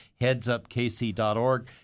Headsupkc.org